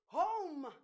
home